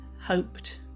hoped